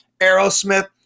Aerosmith